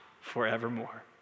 forevermore